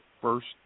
first